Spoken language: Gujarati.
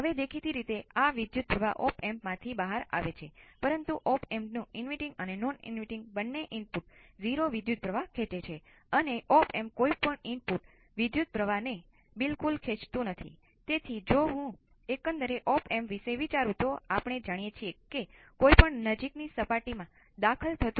હવે આપણે Ic ની દ્રષ્ટિએ પણ પ્રયાસ કરી શકીએ છીએ અને તે સમાન હશે